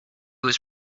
was